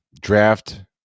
Draft